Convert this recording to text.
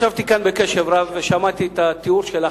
ישבתי כאן ושמעתי בקשב רב את התיאור שלך.